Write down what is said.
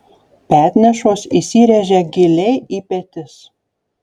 petnešos įsiręžia giliai į petis